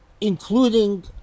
including